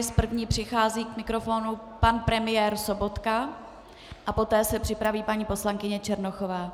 S první přichází k mikrofonu pan premiér Sobotka, poté se připraví paní poslankyně Černochová.